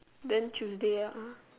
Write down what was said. then tuesday ah